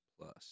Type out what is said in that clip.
Plus